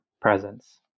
presence